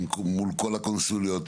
מול כל הקונסוליות,